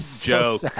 joke